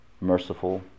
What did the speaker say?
merciful